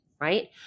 right